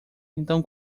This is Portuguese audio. então